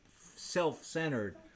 self-centered